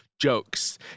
jokes